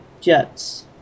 jets